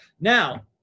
Now